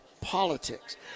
politics